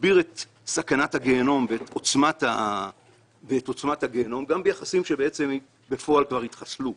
מגביר את סכנת ועוצמת הגיהינום גם ביחסים שבפועל כבר התחסלו.